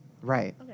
Right